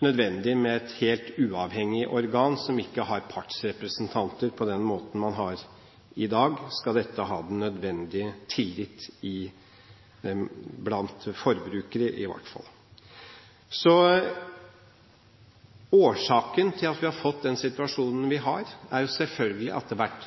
nødvendig med et helt uavhengig organ som ikke har partsrepresentanter på den måten man har i dag, skal dette ha den nødvendige tillit blant forbrukere i hvert fall. Årsaken til at vi har fått den situasjonen vi har, er selvfølgelig at det har vært